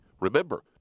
Remember